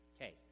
Okay